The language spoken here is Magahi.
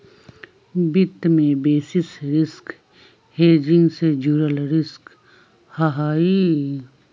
वित्त में बेसिस रिस्क हेजिंग से जुड़ल रिस्क हहई